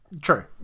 True